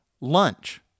Lunch